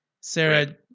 Sarah